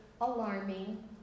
Alarming